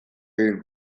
egin